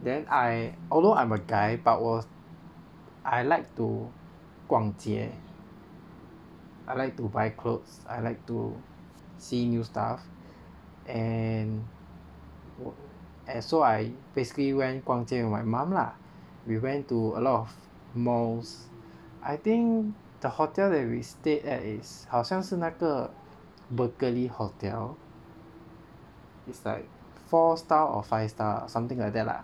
then I although I'm a guy but 我 I like to 逛街 I like to buy clothes I like to see new stuff and walk and so I basically went 逛街 with my mum lah we went to a lot of malls I think the hotel that we stayed at is 好像是那个 Berkeley hotel it's like four star or five star or something like that lah